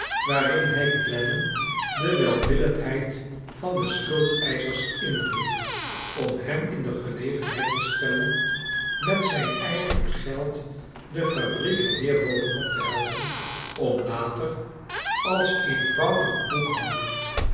waarin hij clennam de welwillendheid van de schuldeischers inriep om hem in de gelegenheid te stellen met zijn eigen geld de fabriek er weer bovenop te helpen om later als eenvoudig boekhouder